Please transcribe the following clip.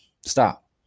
stop